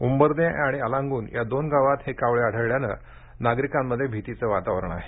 उंबरदे आणि अलांगून या दोन गावात मृत कावळे आढळल्याने नागरिकांमध्ये भीतीचे वातावरण आहे